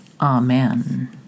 Amen